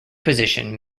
position